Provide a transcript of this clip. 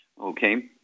Okay